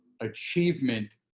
achievement